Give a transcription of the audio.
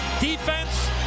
Defense